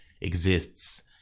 exists